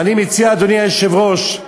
ואני מציע, אדוני היושב-ראש,